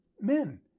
men